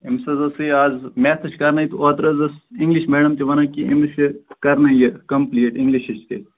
أمِس حظ اوسُے اَز میٚتھٕچ کرنے اوٗترٕ حظ ٲسٕس اِنٛگلِش میٚڈم تہِ وَنان کہِ أمِس چھُ کٔرنے یہِ کَمپیٚلیٹ اِنگلشٕچ تہِ